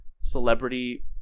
celebrity